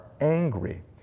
angry